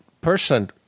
person